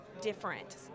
different